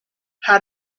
how